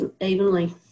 evenly